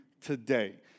today